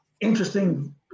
interesting